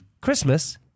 Christmas